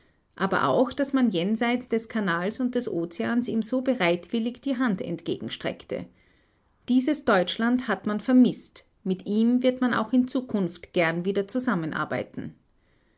aber auch daß man jenseits des kanals und des ozeans ihm so bereitwillig die hand entgegenstreckte dieses deutschland hat man vermißt mit ihm wird man auch in zukunft gern wieder zusammenarbeiten